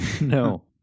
No